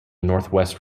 northwest